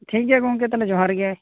ᱴᱷᱤᱠ ᱜᱮᱭᱟ ᱜᱚᱝᱠᱮ ᱛᱟᱦᱚᱞᱮ ᱡᱚᱦᱟᱨ ᱜᱮ